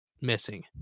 missing